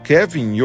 Kevin